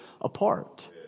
apart